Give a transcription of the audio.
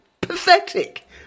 Pathetic